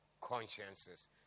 consciences